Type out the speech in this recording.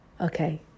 okay